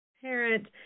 Parent